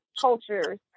cultures